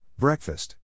Breakfast